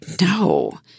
no